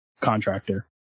contractor